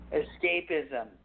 escapism